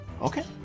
Okay